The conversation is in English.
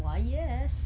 why yes